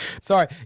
Sorry